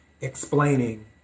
explaining